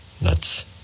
nuts